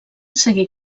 seguir